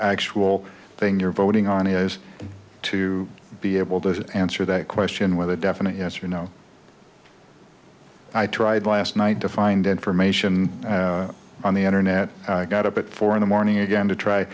actual thing you're voting on is to be able to answer that question with a definite yes or no i tried last night to find information on the internet got up at four in the morning again to try